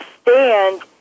stand